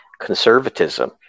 conservatism